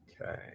Okay